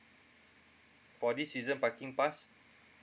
for this season parking pass